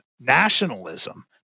nationalism